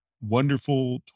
wonderful